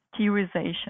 theorization